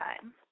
time